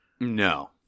No